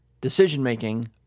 decision-making